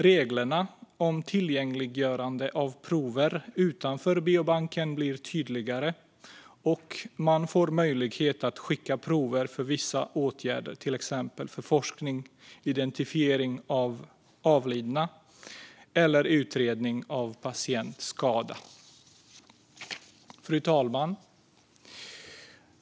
Reglerna om tillgängliggörande av prover utanför biobanken blir tydligare, och man får möjlighet att skicka prover för vissa åtgärder, till exempel för forskning, identifiering av avlidna eller utredning av patientskada. Fru talman!